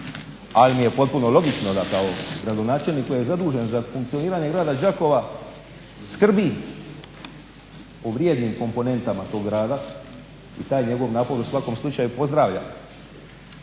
ali mi je potpuno logično da kao gradonačelnik koji je zadužen sa funkcioniranje grada Đakova skrbi o vrijednim komponentama tog grada i taj njegov napor u svakom slučaju pozdravljam.